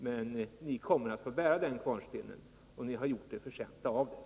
Men ni kommer att få bära den kvarnstenen, och ni har gjort ett förtjänta av den.